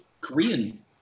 Korean